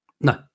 No